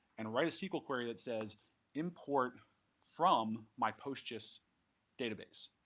and write a sql query that says import from my postgis database.